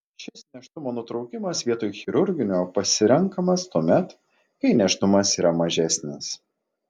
šis nėštumo nutraukimas vietoj chirurginio pasirenkamas tuomet kai nėštumas yra mažesnis